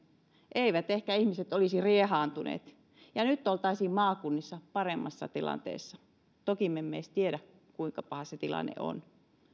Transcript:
eivät ehkä ihmiset olisi riehaantuneet ja nyt oltaisiin maakunnissa paremmassa tilanteessa toki me emme edes tiedä kuinka paha se tilanne on